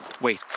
Wait